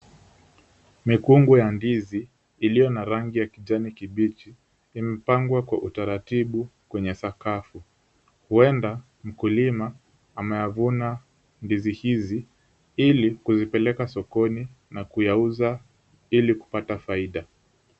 Mikungu ya ndizi, iliyo na rangi ya kijani kibichi, imepangwa kwa utaratibu kwenye sakafu. Huenda mkulima ameyavuna ndizi hizi ili kuzipeleka sokoni na kuyauza ili kupata faida.